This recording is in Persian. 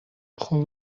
خوب